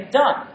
done